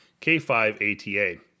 K5ATA